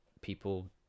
people